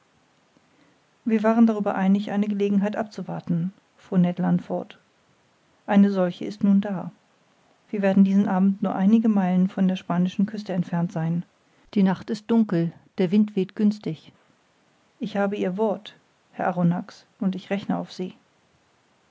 wir waren darüber einig eine gelegenheit abzuwarten fuhr ned land fort eine solche ist nun da wir werden diesen abend nur einige meilen von der spanischen küste entfernt sein die nacht ist dunkel der wind weht günstig ich habe ihr wort herr arronax und ich rechne auf sie